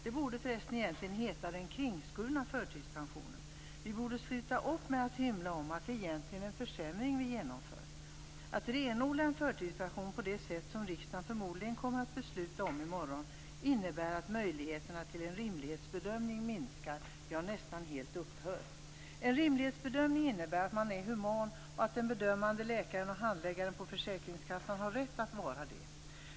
Det borde förresten egentligen heta "den kringskurna förtidspensionen". Vi borde sluta upp med att hymla om att det egentligen är en försämring vi genomfört. Att renodla en förtidspension på det sätt som riksdagen förmodligen kommer att besluta i morgon innebär att möjligheterna till en rimlighetsbedömning minskar, ja, nästan helt upphör. En rimlighetsbedömning innebär att man är human och att den bedömande läkaren och handläggaren på försäkringskassan har rätt att vara det.